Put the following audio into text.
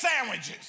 sandwiches